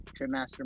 tripmaster